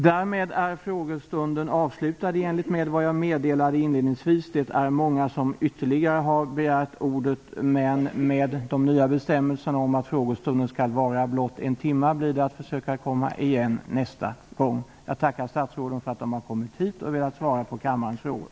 Därmed är frågestunden avslutad i enlighet med vad jag meddelade inledningsvis. Det är många som ytterligare har begärt ordet, men med de nya bestämmelserna om att frågestunden skall vara blott en timme blir det att försöka komma igen nästa gång. Jag tackar statsråden för att de har kommit hit och velat svara på kammarens frågor.